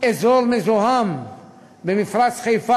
אזור מזוהם במפרץ-חיפה,